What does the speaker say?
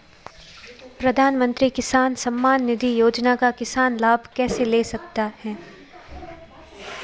प्रधानमंत्री किसान सम्मान निधि योजना का किसान लाभ कैसे ले सकते हैं?